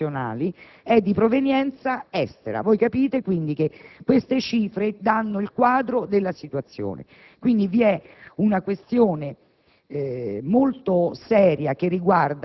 o utilizzato per produrre formaggi nazionali è di provenienza estera. Queste cifre danno il quadro della situazione. Quindi vi è una questione